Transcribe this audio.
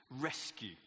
Rescue